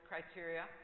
criteria